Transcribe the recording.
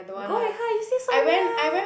go with her you stay so near